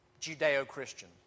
Judeo-Christian